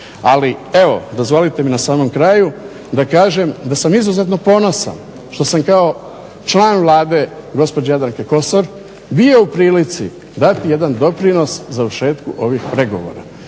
Ali evo dozvolite mi na samom kraju da kažem da sam izuzetno ponosan što sam kao član Vlade gospođe Jadranke Kosor bio u prilici dati jedan doprinos završetku ovih pregovora.